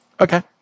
Okay